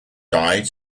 died